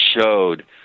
showed